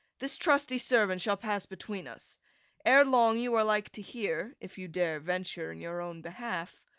this trusty servant shall pass between us ere long you are like to hear, if you dare venture in your own behalf,